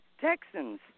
Texans